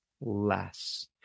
less